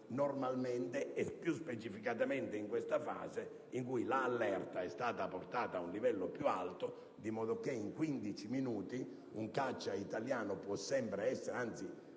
normalmente, e più specificatamente in questa fase, in cui l'allerta è stata portata ad un livello più alto, in modo che quattro caccia italiani possono sempre essere in